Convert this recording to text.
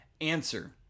answer